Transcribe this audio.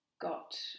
got –